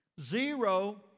Zero